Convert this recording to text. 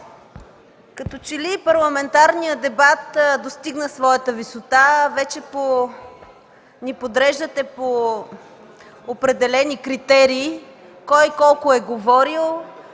Като че ли парламентарният дебат достигна своята висота – вече ни подреждате по определени критерии, кой-колко е говорил,